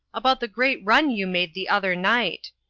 about the great run you made the other night.